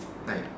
like